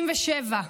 67,